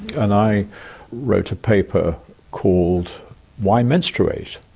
and i wrote a paper called why menstruate?